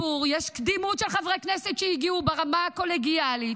קדימות של חברי כנסת שהגיעו, ברמה הקולגיאלית,